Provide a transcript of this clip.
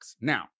Now